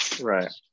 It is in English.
Right